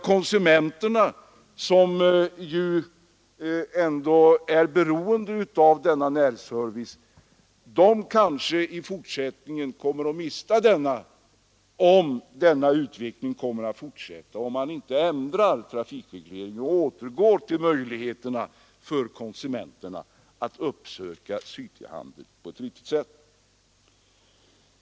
Konsumenterna, som ändå är beroende av närservice, kanske i fortsättningen kommer att mista den, om denna utveckling fortsätter och man inte ändrar trafikregleringen och återinför möjligheterna för konsumenterna att uppsöka cityhandeln på ett riktigt sätt.